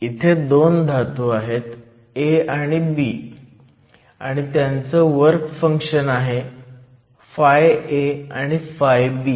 इथे 2 धातू आहेत A आणि B आणू त्यांचं वर्क फंक्शन आहे φA आणि φB